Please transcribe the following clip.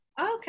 Okay